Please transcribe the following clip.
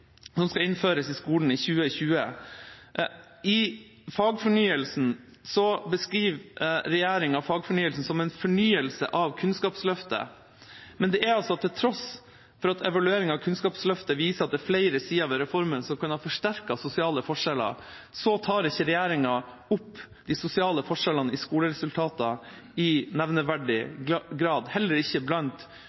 I fagfornyelsen beskriver regjeringa fagfornyelsen som en fornyelse av Kunnskapsløftet. Men til tross for at evalueringen av Kunnskapsløftet viser at det er flere sider ved reformen som kan ha forsterket sosiale forskjeller, tar ikke regjeringa opp de sosiale forskjellene i skoleresultater i nevneverdig grad. Det er heller ikke blant